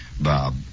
Bob